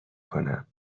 کنم